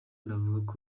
anavuga